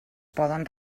poden